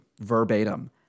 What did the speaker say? verbatim